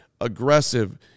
aggressive